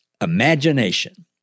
imagination